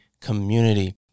community